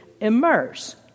immerse